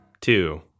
two